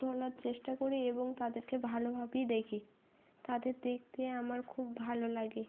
তোলার চেষ্টা করি এবং তাদেরকে ভালোভাবেই দেখি তাদের দেখতে আমার খুব ভালো লাগে